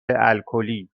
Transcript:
الکلی